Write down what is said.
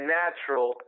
natural